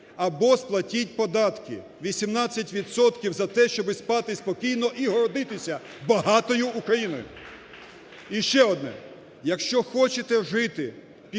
або сплатіть податки 18 відсотків за те, щоби спати спокійно і гордитися багатою Україною. І ще одне. Якщо хочете жити,